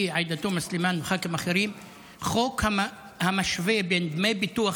עאידה תומא סלימאן וח"כים אחרים חוק המשווה בין דמי ביטוח